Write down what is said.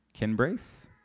Kinbrace